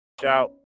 shout